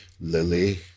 Lily